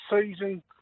season